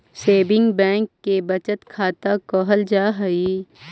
saving bank के बचत खाता कहल जा हइ